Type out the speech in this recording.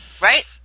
Right